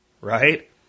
right